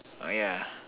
oh ya